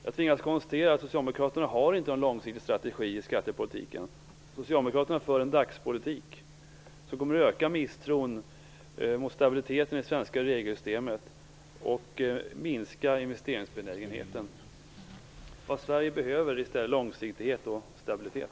Jag tvingas konstatera att socialdemokraterna inte har någon långsiktig strategi i skattepolitiken. Socialdemokraterna för en dagspolitik, som kommer att öka misstron mot stabiliteten i det svenska regelsystemet och minska investeringsbenägenheten. Vad Sverige behöver är långsiktighet och stabilitet.